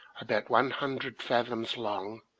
about one hundred fathoms long,